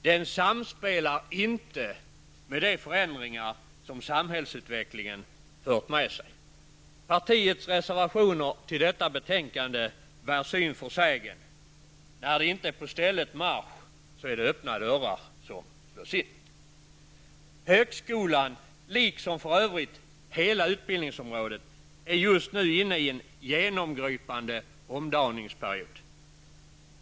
Den samspelar inte med de förändringar som samhällsutvecklingen fört med sig. Partiets reservationer till detta betänkande bär syn för sägen. När det inte är på stället marsch, är det öppna dörrar som slås in. Högskolan liksom för övrigt hela utbildningsområdet är just nu inne i en genomgripande omdaningsperiod.